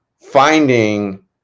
finding